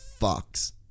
fucks